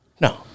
No